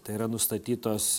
tai yra nustatytos